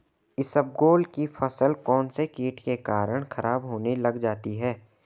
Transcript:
इसबगोल की फसल कौनसे कीट के कारण खराब होने लग जाती है?